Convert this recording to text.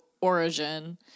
origin